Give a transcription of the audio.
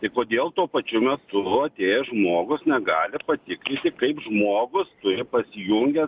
tai kodėl tuo pačiu metu atėjęs žmogus negali patikryti kaip žmogus turi pasijungęs